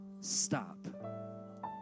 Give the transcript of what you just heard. stop